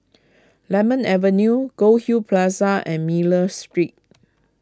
Lemon Avenue Goldhill Plaza and Miller Street